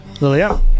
Lilia